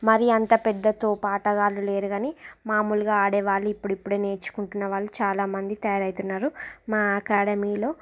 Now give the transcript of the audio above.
మరి అంత పెద్ద తోపు ఆటగాళ్ళు లేరు కానీ మామూలుగా ఆడేవాళ్ళు ఇప్పుడిప్పుడే నేర్చుకుంటున్న వాళ్ళు చాలామంది తయారు అవుతున్నారు మా అకాడమీలో